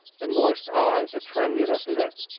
the moist eye, the tremulous lip!